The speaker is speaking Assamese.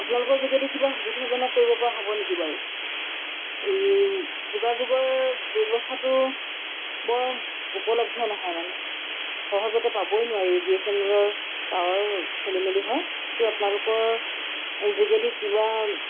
আপোনালোকৰ যোগেদি কিবা সুবিধাজনক কৰিব পৰা হ'ব নেকি বাৰু যোগাযোগৰ ব্যৱস্থাটো বৰ উপলব্ধ নহয় মানে সহজতে পাবই নোৱাৰি বি এছ এন এলৰ টাৱাৰ খেলিমেলি হয় গতিকে আপোনালোকৰ যোগেদি কিবা